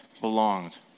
belonged